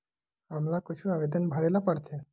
हमला कुछु आवेदन भरेला पढ़थे?